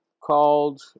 called